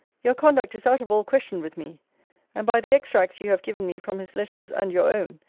your conduct is out of all question with me and by the extracts you have given me from his letters and your own,